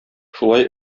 шулай